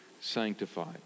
sanctified